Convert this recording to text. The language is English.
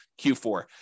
Q4